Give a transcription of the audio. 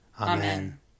Amen